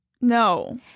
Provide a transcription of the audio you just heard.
No